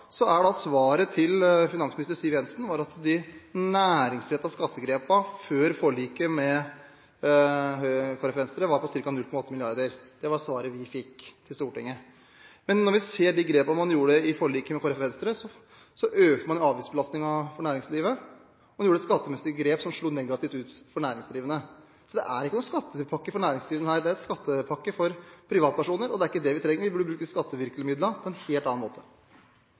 så øke igjen – skaper det usikkerhet og utrygghet. Det framstår ikke som styringsdyktighet. Når det gjelder skatt, var svaret til finansminister Siv Jensen at de næringsrettede skattegrepene før forliket med Kristelig Folkeparti og Venstre var på ca. 0,8 mrd. kr. Det var svaret vi fikk i Stortinget. Men når vi ser de grepene man tok i forliket med Kristelig Folkeparti og Venstre, ser vi at man øker avgiftsbelastningen for næringslivet. Man foretok skattemessige grep som slo negativt ut for næringsdrivende. Så dette er ikke noen skattepakke for næringslivet. Det er en skattepakke for privatpersoner, og det er ikke det vi trenger. Vi burde bruke skattevirkemidlene på